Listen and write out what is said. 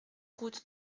route